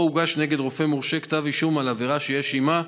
או הוגש נגד רופא מורשה כתב אישום על עבירה שיש עימה,